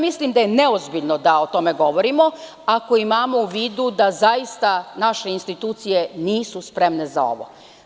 Mislim da je neozbiljno da o tome govorimo ako imamo u vidu da naše institucije nisu spremne za ovo.